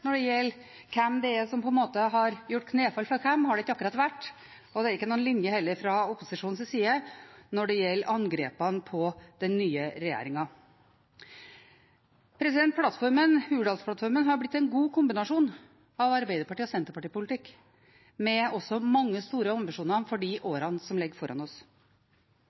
når det gjelder hvem det er som har gjort knefall for hvem, har det ikke akkurat vært, og det er heller ingen linje fra opposisjonens side når det gjelder angrepene på den nye regjeringen. Hurdalsplattformen er blitt en god kombinasjon av Arbeiderparti- og Senterparti-politikk, med mange store ambisjoner for de årene som ligger foran oss.